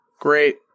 Great